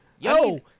Yo